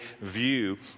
view